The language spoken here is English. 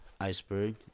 iceberg